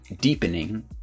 deepening